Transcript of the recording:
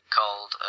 Called